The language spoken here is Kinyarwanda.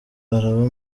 araba